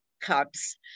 cups